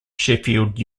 sheffield